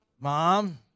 Mom